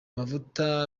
mavuta